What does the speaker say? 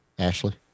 Ashley